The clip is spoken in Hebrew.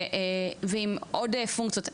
ועם עוד פונקציות.